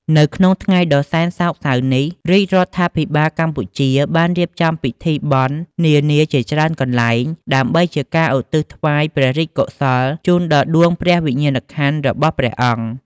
នៅក្នុងថ្ងៃដ៏សែនសោកសៅនេះ រាជរដ្ឋាភិបាលកម្ពុជាបានរៀបចំពិធីបុណ្យនានាជាច្រើនកន្លែង ដើម្បីជាការឧទ្ទិសថ្វាយព្រះរាជកុសលជូនដល់ដួងព្រះវិញ្ញាណក្ខន្ធរបស់ព្រះអង្គ។